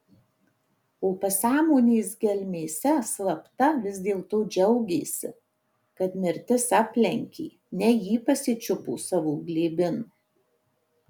o pasąmonės gelmėse slapta vis dėlto džiaugėsi kad mirtis aplenkė ne jį pasičiupo savo glėbin